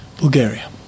Bulgaria